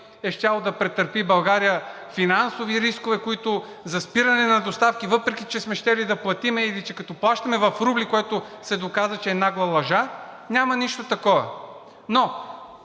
е щяла да претърпи България и финансови рискове за спиране на доставки, въпреки че сме щели да платим или като плащаме в рубли, което се оказа, че е нагла лъжа, няма нищо такова. Но